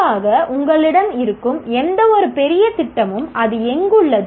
குறிப்பாக உங்களிடம் இருக்கும் எந்தவொரு பெரிய திட்டமும் அது எங்குள்ளது